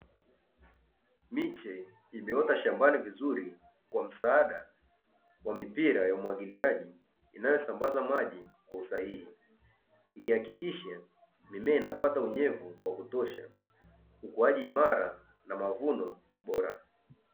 Miche imeota shambani vizuri kwa msaada wa mipira ya umwagiliaji inayosambaza maji kwa usahihi ikihakikisha mimea inaoata maji ya kutosha, ukuaji imara na mavuno bora.